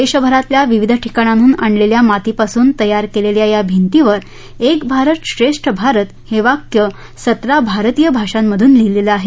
देशभरातल्या विविध ठिकाणाहन आणलेल्या मातीपासून तयार केलेल्या या भिंतीवर एक भारत श्रेष्ठ भारत हे वाक्य सतरा भारतीय भाषांमधून लिहिलेलं आहे